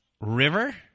River